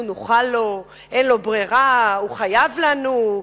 אנחנו נוכל לו, אין לו ברירה, הוא חייב לנו.